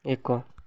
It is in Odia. ଏକ